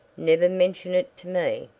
never mention it to me.